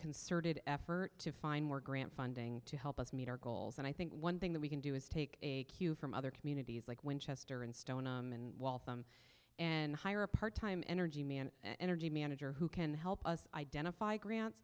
concerted effort to find more grant funding to help us meet our goals and i think one thing that we can do is take a cue from other communities like winchester and stone and waltham and hire a part time energy and energy manager who can help us identify grant